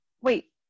wait